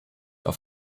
auf